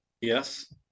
Yes